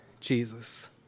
Jesus